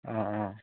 অঁ অঁ